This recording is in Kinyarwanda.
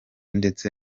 ndetse